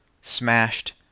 Smashed